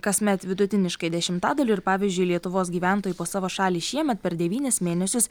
kasmet vidutiniškai dešimtadaliu ir pavyzdžiui lietuvos gyventojai po savo šalį šiemet per devynis mėnesius